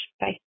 Bye